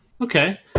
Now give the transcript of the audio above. Okay